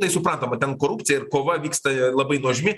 tai suprantoma ten korupcija ir kova vyksta labai nuožmi